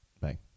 Bye